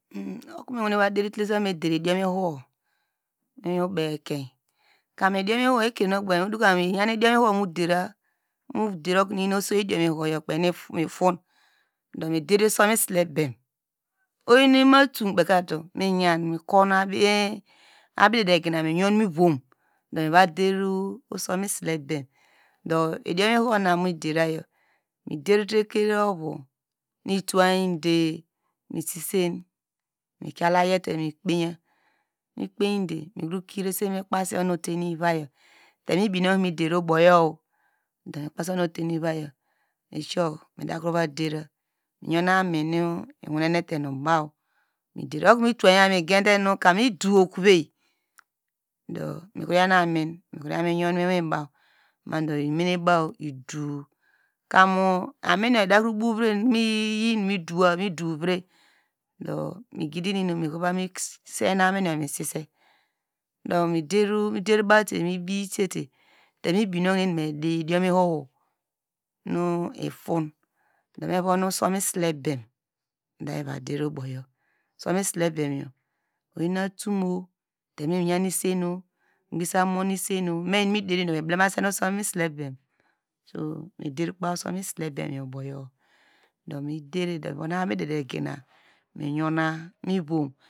Okumiva deretul lesen okome dero idiom ihoho bu ubow ekein, kam idiom ihoho ite kunu ogbanke mu dokamamu okanu iyen oso idiom ihoho yo kpeinu iton, du mi der usom isilebem oyi imu atum kpeika tu miyam mikon abidedegina miyon mivom do miva der idiom ihoho na muderayo uder te ekrovo nu ituwande me sise, mijalayete, mikpeya mikopeide, mikro kpase oyor nu otenuivayor, tenu mibinu komumidero obuyo do mi kpuse onutenu ivayor do mi dakrova dera maminu iwonete nu baw midira okuno mitowaya omegende kam idow okuve, do mi yaw nu amiin mikroyor yon miwin baw kamu amin yor idukro bovre nu midovre do migidi inum mivami senu amin yor mosese kam nuder bawte nu ibite temi binukuno eni me didiom ihoho na iton do mevon osom isilebem nu ifon oyin atum mua tenu miyan isen nu migbesa mi inunederido mi blemasun isilebem so me der kobaw osom isilebem, iyow uboyo do nu divido mivon abidede gina yona mivom.